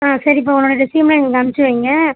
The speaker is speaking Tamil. ஆ சரிப்பா உன்னோட ரெஸ்யூம்லாம் எங்களுக்கு அனுப்பிச்சு வைங்க